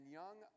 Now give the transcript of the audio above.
young